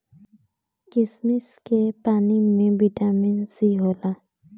किशमिश के पानी में बिटामिन सी होला